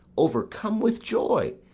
overcome with joy,